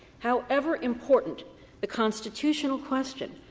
however important the constitutional question,